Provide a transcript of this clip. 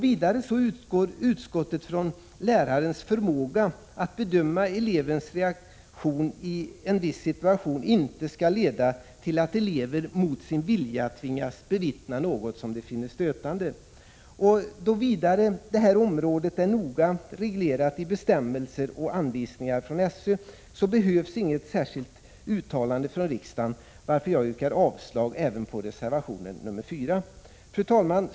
Vidare utgår utskottet från att lärarens förmåga att bedöma elevens reaktion i en viss situation inte skall leda till att elever mot sin vilja tvingas bevittna något som de finner stötande. Då området är noga reglerat i bestämmelser och anvisningar från SÖ, behövs inget särskilt uttalande från riksdagen, varför jag yrkar avslag även på reservation nr 4. Fru talman!